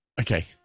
Okay